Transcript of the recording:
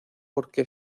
porque